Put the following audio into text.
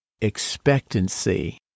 expectancy